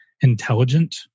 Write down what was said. intelligent